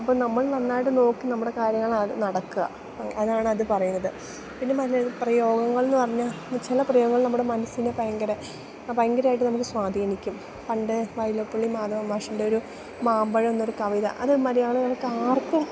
അപ്പം നമ്മൾ നന്നായിട്ട് നോക്കി നമ്മുടെ കാര്യങ്ങൾ നടക്കാൻ അതാണ് അത് പറയുന്നത് പിന്നെ പ്രയോഗങ്ങൾ എന്ന് പറഞ്ഞാൽ ചില പ്രയോഗങ്ങൾ നമ്മുടെ മനസ്സിന് ഭയങ്കര ഇപ്പോൾ ഭയങ്കരമായിട്ട് നമുക്ക് സ്വാധീനിക്കും പണ്ട് വയലോപ്പള്ളി മാധവൻ മാഷിൻ്റെ ഒരു മാമ്പഴം എന്നൊരു കവിത അത് മലയാളികൾക്ക് ആർക്കും